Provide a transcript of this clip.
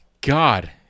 God